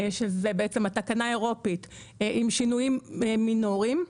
שזאת בעצם התקנה האירופית עם שינויים מינוריים.